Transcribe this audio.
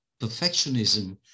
perfectionism